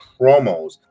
promos